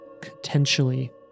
potentially